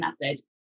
message